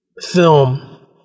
film